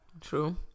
True